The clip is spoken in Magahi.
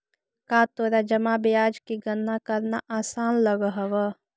का तोरा जमा ब्याज की गणना करना आसान लगअ हवअ